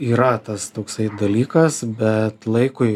yra tas toksai dalykas bet laikui